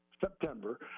September